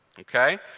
Okay